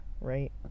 right